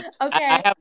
okay